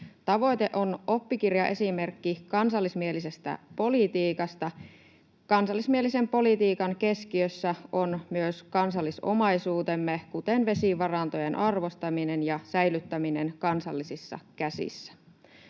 Tavoite on oppikirjaesimerkki kansallismielisestä politiikasta. Kansallismielisen politiikan keskiössä on myös kansallisomaisuutemme, kuten vesivarantojen, arvostaminen ja säilyttäminen kansallisissa käsissä.